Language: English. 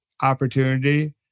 opportunity